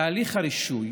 תהליך הרישוי